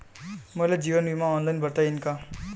मले जीवन बिमा ऑनलाईन भरता येईन का?